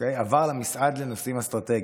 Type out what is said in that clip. עבר למשרד לנושאים אסטרטגיים.